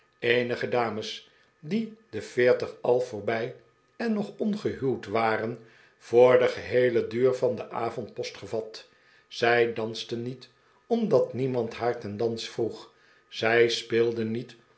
eenige dames die de veertig al vqorbij en nog ongehuwd waren voor den geheelen duur van den avond post gevat zij dansten niet omdat niemand haar ten dans vroeg zij speelden niet